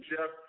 Jeff